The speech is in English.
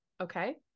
Okay